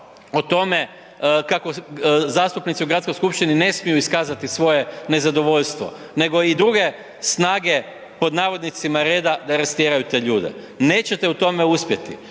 o tome kako zastupnici u Gradskoj skupštini ne smiju iskazati svoje nezadovoljstvo nego i druge „snage reda“ da rastjeraju te ljude. Nećete u tome uspjeti,